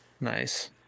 Nice